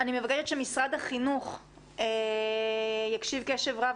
אני מבקשת שמשרד החינוך יקשיב קשב רב